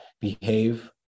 behave